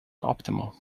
optimal